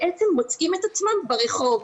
בעצם הם מוצאים את עצמם ברחוב.